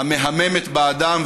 המהממת באדם,